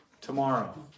tomorrow